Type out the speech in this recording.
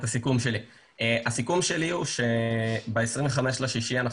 הסיכום שלי הוא שב-25 ביוני אנחנו